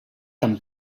tan